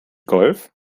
golf